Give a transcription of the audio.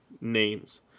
names